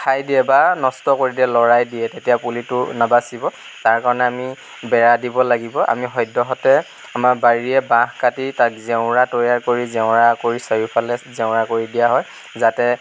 খাই দিয়ে বা নষ্ট কৰি দিয়ে লৰাই দিয়ে তেতিয়া পুলিটো নাবাছিব তাৰ কাৰণে আমি বেৰা দিব লাগিব আমি সদ্যহতে আমাৰ বাৰীৰে বাঁহ কাটি তাত জেওৰা তৈয়াৰ কৰি জেওৰা কৰি চাৰিওফালে জেওৰা কৰি দিয়া হয় যাতে